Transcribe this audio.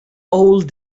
old